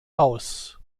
aus